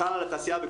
בכלל על התעשייה,